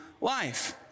life